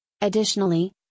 Additionally